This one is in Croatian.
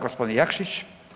Gospodin Jakšić.